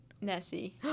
Nessie